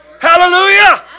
Hallelujah